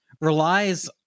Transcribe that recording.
relies